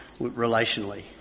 Relationally